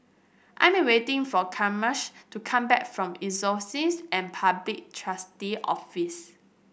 I'm waiting for Camisha to come back from Insolvency and Public Trustee Office